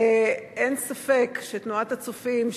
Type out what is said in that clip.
אין ספק שתנועת "הצופים",